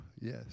yes